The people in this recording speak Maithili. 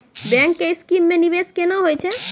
बैंक के स्कीम मे निवेश केना होय छै?